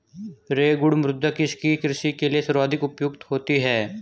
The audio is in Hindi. रेगुड़ मृदा किसकी कृषि के लिए सर्वाधिक उपयुक्त होती है?